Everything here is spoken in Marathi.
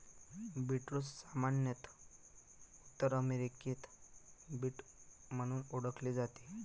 बीटरूट सामान्यत उत्तर अमेरिकेत बीट म्हणून ओळखले जाते